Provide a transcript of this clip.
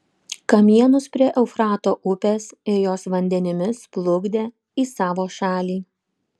kamienus prie eufrato upės ir jos vandenimis plukdė į savo šalį